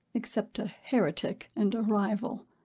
except a heretic and a rival.